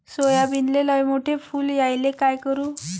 सोयाबीनले लयमोठे फुल यायले काय करू?